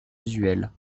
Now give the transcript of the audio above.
usuels